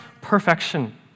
perfection